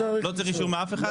לא צריך אישור מאף אחד?